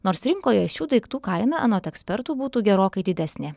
nors rinkoje šių daiktų kaina anot ekspertų būtų gerokai didesnė